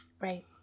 Right